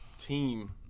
team